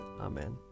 Amen